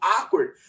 awkward